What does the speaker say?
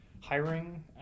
hiring